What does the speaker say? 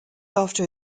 after